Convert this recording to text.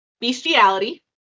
Bestiality